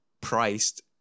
priced